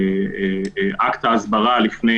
אקט ההסברה לפני